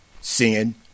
Sin